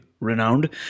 renowned